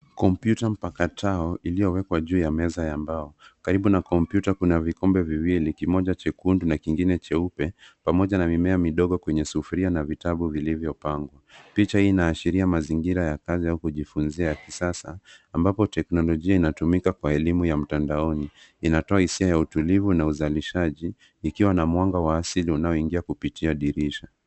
Kompyuta mpakatawo ulio wekwa juu ya meza ya mbao. Karibu na kompyuta kuna vikombe viwili, kimoja chekundu na kingine cheupe pamoja na mimea midogo kwenye sufuria na vitabu vilivyo pangwa. Picha hii ina ashiria mazingira ya kazi ya kujifunzia ya kisasa ambapo teknolojia inatumika kwa elimu ya mtandaoni. Inatoa hisia ya utulivu na uzalishaji likiwa na mwanga wa asili unao ingia kupitia dirisha.